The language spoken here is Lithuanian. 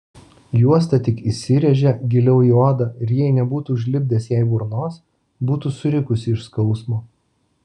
juosta tik įsirėžė giliau į odą ir jei nebūtų užlipdęs jai burnos būtų surikusi iš skausmo